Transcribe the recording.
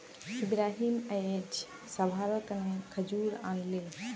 इब्राहिम अयेज सभारो तने खजूर आनले